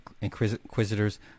Inquisitors